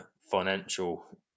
financial